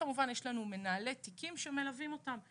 כמובן יש לנו מנהלי תיקים שמלווים אותם.